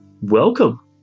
welcome